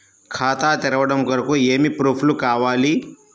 ఖాతా తెరవడం కొరకు ఏమి ప్రూఫ్లు కావాలి?